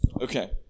Okay